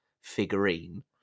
figurine